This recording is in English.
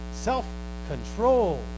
self-control